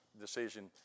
decision